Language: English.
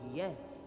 yes